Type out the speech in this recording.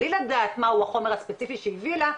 בלי לדעת מהו החומר הספציפי שהביא לה,